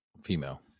Female